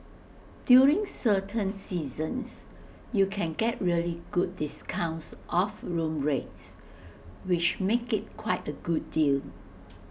during certain seasons you can get really good discounts off room rates which make IT quite A good deal